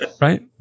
Right